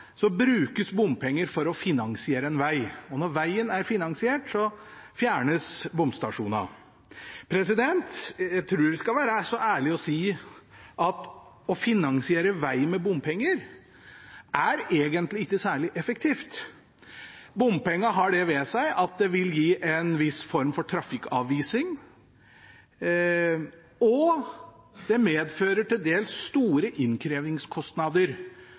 så ærlige og si at å finansiere veg med bompenger egentlig ikke er særlig effektivt. Bompengene har det ved seg at det vil gi en viss form for trafikkavvising, og det medfører til dels store innkrevingskostnader